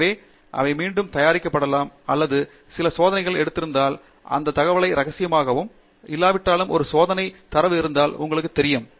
எனவே அவை மீண்டும் தயாரிக்கப்படலாம் அல்லது சில சோதனைகளை எடுத்திருந்தால் அந்தத் தகவலை இரகசியமாகவும் இரகசியமாகவும் இல்லாவிட்டால் ஒரு சோதனை தரவு இருந்தால் உங்களுக்கு தெரியும்